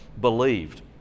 believed